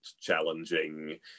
challenging